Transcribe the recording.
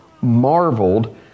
marveled